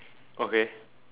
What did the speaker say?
okay